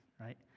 right